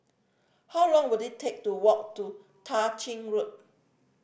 how long will it take to walk to Tah Ching Road